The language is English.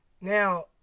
now